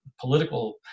political